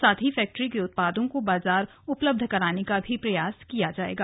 साथ ही फैक्टरी के उत्पादों को बाजार उपलब्ध कराने का प्रयास किया जाएगा